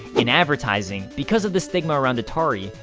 in advertising, because of the stigma around atari,